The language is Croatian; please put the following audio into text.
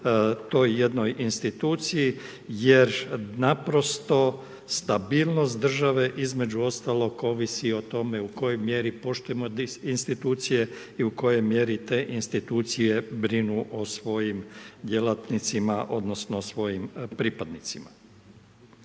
toj jednoj instituciji jer naprosto stabilnost države između ostalog ovisi o tome u kojoj mjeri poštujemo institucije i u kojoj mjeri te institucije brinu o svojim djelatnicima odnosno svojim pripadnicima.